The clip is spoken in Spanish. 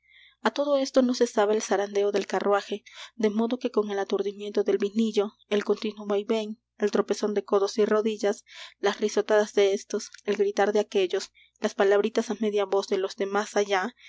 á todo esto no cesaba el zarandeo del carruaje de modo que con el aturdimiento del vinillo el continuo vaivén el tropezón de codos y rodillas las risotadas de éstos el gritar de aquéllos las palabritas á media voz de los de más allá